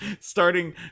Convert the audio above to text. starting